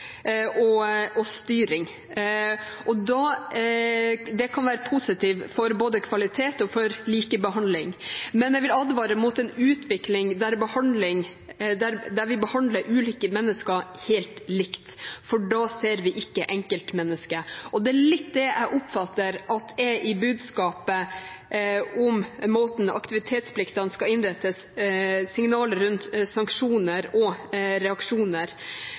og styring. Det kan være positivt for både kvalitet og likebehandling, men jeg vil advare mot en utvikling der vi behandler ulike mennesker helt likt, for da ser vi ikke enkeltmennesket. Det er det jeg oppfatter ligger i budskapet om måten aktivitetsplikten skal innrettes på, og i signalet om sanksjoner og reaksjoner.